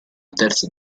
terza